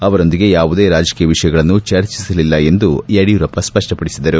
ಅವರೊಂದಿಗೆ ಯಾವುದೇ ರಾಜಕೀಯ ವಿಷಯಗಳನ್ನು ಚರ್ಚಿಸಲಿಲ್ಲ ಎಂದು ಯಡಿಯೂರಪ್ಪ ಸ್ಪಷ್ಟಪಡಿಸಿದರು